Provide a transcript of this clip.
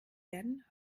werden